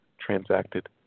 transacted